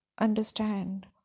understand